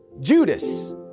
Judas